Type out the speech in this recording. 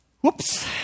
Whoops